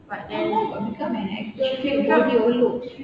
how come got become an actor choose body or looks